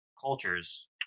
cultures